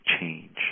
change